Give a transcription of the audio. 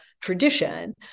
tradition